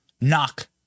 knock